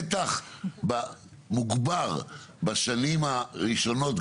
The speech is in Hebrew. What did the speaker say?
בטח מוגבר בשנים הראשונות,